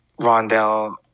Rondell